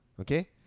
Okay